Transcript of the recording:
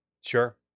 Sure